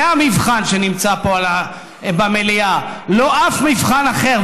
זה המבחן שנמצא פה במליאה, לא אף מבחן אחר.